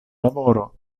lavoro